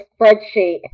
Spreadsheet